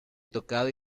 tocado